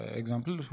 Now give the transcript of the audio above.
example